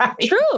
True